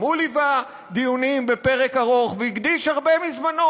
גם הוא ליווה דיונים בפרק ארוך והקדיש הרבה מזמנו.